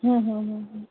হুঁ হুঁ হুঁ হুঁ